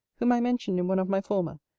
whom i mentioned in one of my former,